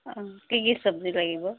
অ কি কি চব্জি লাগিব